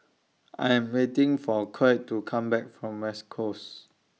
I Am waiting For Colt to Come Back from West Coast